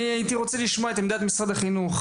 אני הייתי רוצה לשמוע את עמדת משרד החינוך,